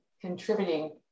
contributing